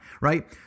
right